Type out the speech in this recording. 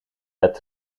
bed